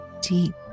deep